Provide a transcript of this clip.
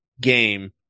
game